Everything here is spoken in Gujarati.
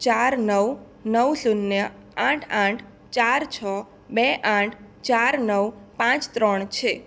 ચાર નવ નવ શૂન્ય આઠ આઠ ચાર છ બે આઠ ચાર નવ પાંચ ત્રણ છે